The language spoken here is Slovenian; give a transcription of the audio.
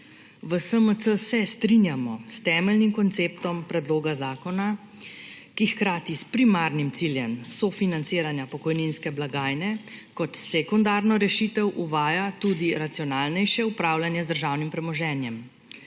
V SMC se strinjamo s temeljnim konceptom predloga zakona, ki hkrati s primarnim ciljem sofinanciranja pokojninske blagajne kot sekundarno rešitev uvaja tudi racionalnejše upravljanje z državnim premoženjem.